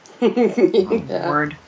word